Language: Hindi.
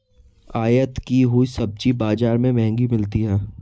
आयत की हुई सब्जी बाजार में महंगी मिलती है